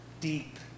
deep